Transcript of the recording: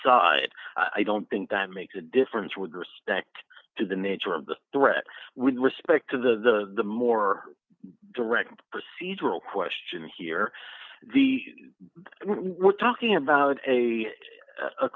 side i don't think that makes a difference with respect to the nature of the threat with respect to the more direct procedural question here the we were talking about a